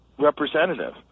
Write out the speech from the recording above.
Representative